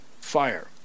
fire